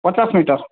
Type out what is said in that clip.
ପଚାଶ ମିଟର୍